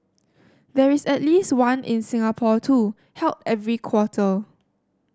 there is at least one in Singapore too held every quarter